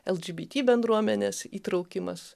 el dži bi ti bendruomenės įtraukimas